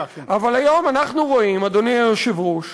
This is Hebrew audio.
אבל היום אנחנו רואים, אדוני היושב-ראש,